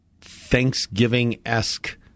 Thanksgiving-esque